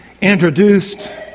introduced